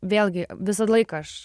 vėlgi visą laiką aš